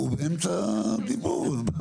הוא באמצע דיבור.